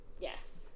yes